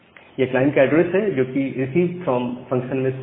यह क्लाइंट का एड्रेस है जो कि रिसीव फ्रॉम फंक्शन में स्पष्ट है